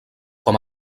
com